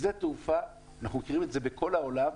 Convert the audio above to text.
שדה תעופה, אנחנו מכירים את זה בכל העולם,